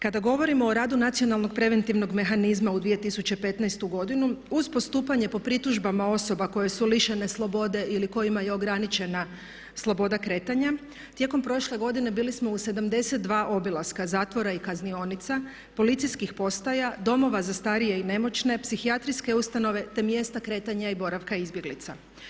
Kada govorimo o radu Nacionalnog preventivnog mehanizma u 2015. godinu uz postupanje po pritužbama osoba koje su lišene slobode ili kojima je ograničena sloboda kretanja tijekom prošle godine bili smo u 72 obilaska zatvora i kaznionica, policijskih postaja, domova za starije i nemoćne, psihijatrijske ustanove, te mjesta kretanja i boravka izbjeglica.